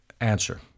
answer